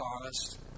honest